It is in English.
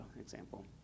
example